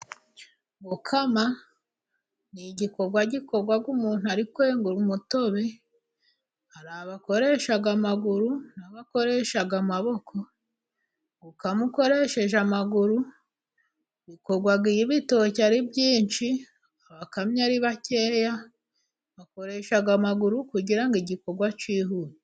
Gukama ni igikorwa gikorwa umuntu ari kwenga umutobe, hari abakoresha amaguru n'abakoresha amaboko, gukama ukoresheje amaguru, bikorwa iyo ibitoki ari byinshi abakamyi ari bakeya, bakoresha amaguru kugira ngo igikorwa cyihute.